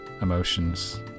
emotions